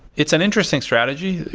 it's an interesting strategy.